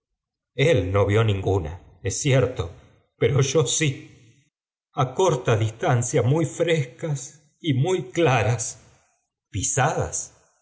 el no vió ninguna es cierto pero yo sí á acorta distancia muy frescas y muy claras pinadas pisadas